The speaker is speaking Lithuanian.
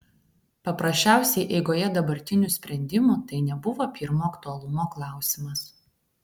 paprasčiausiai eigoje dabartinių sprendimų tai nebuvo pirmo aktualumo klausimas